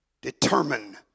determine